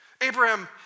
Abraham